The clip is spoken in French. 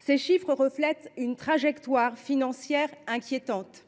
Ces chiffres reflètent une trajectoire financière inquiétante.